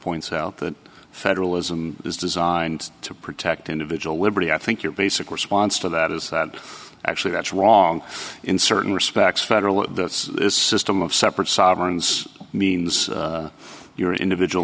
points out that federalism is designed to protect individual liberty i think your basic response to that is that actually that's wrong in certain respects federal system of separate sovereigns means your individual